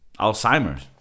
Alzheimer's